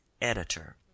Editor